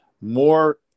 more